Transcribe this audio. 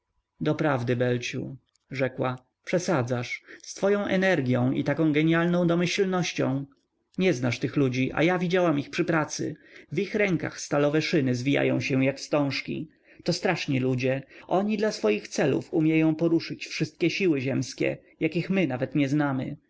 doprawdy belciu rzekła przesadzasz z twoją energią i taką genialną domyślnością nie znasz tych ludzi a ja widziałam ich przy pracy w ich rękach stalowe szyny zwijają się jak wstążki to straszni ludzie oni dla swoich celów umieją poruszyć wszystkie siły ziemskie jakich my nawet nie znamy